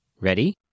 Ready